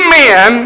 men